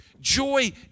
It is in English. Joy